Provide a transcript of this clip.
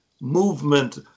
movement